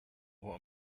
what